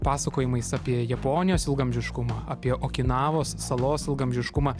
pasakojimais apie japonijos ilgaamžiškumą apie okinavos salos ilgaamžiškumą